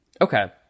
Okay